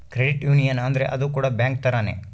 credit union ಅಂದ್ರ ಅದು ಕೂಡ ಬ್ಯಾಂಕ್ ತರಾನೇ